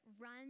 run